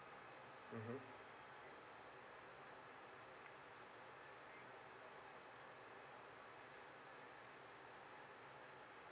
mmhmm